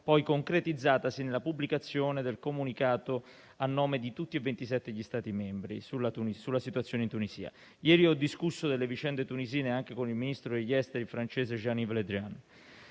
poi concretizzatasi nella pubblicazione del comunicato a nome di tutti e 27 gli Stati membri sulla situazione in Tunisia. Ieri ho discusso delle vicende tunisine anche con il ministro degli esteri francese Jean-Yves Le Drian.